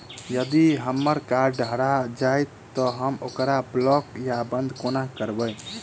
यदि हम्मर कार्ड हरा जाइत तऽ हम ओकरा ब्लॉक वा बंद कोना करेबै?